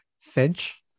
Finch